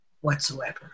whatsoever